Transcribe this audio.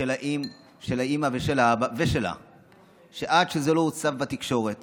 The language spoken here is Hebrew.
של האימא ושלה היא שעד שזה לא הוצף בתקשורת